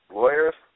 lawyers